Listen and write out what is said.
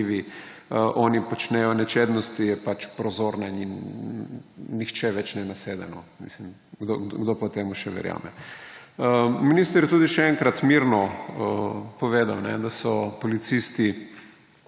krivi, oni počnejo nečednosti« pač prozorna in nihče več ne nasede. Kdo temu še verjame? Minister je tudi še enkrat mirno povedal, da so policisti